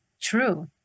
true